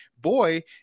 boy